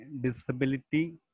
disability